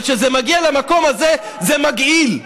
אבל כשזה מגיע למקום הזה זה מגעיל.